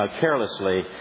carelessly